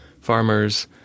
farmers